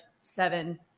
seven